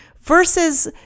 versus